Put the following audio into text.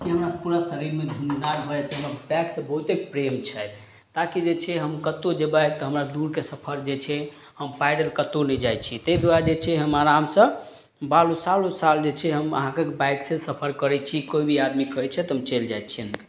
कि हमरा पूरा शरीरमे झुनझुनाहट भए जाइ छै हमरा बाइकसँ बहुते प्रेम छथि ताकि जे छै हम कतहु जेबय तऽ हमरा दूरके सफर जे छै हम पैदल कतहु नहि जाइ छी तै दुआरे जे छै हम आरामसँ बालो साल उ साल जे छै हम अहाँके बाइक से सफर करै छी कोइ भी आदमी कहय छै तऽ हम चलि जाइ छियनि